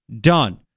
done